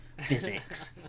physics